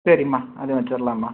சரிம்மா அதுவும் வச்சுரலாம்மா